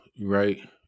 right